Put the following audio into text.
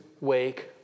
wake